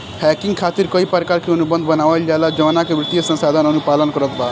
hedging खातिर कई प्रकार के अनुबंध बनावल जाला जवना के वित्तीय संस्था अनुपालन करत बा